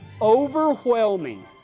overwhelming